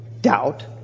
doubt